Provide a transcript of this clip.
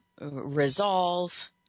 resolve